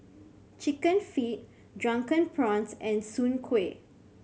Chicken Feet Drunken Prawns and soon kway